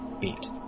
Beat